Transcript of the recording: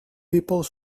people